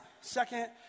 Second